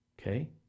Okay